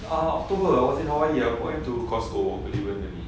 ah october I was in hawaii going to oslo beli beli beli